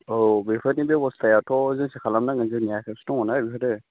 औ बेफोरनि बेबस्थायाथ' जोंसो खालामनांगोन जोंनि आखाइआवसो दङना बेफोरो